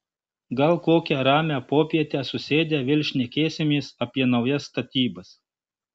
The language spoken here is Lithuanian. gal kokią ramią popietę susėdę vėl šnekėsimės apie naujas statybas